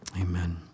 Amen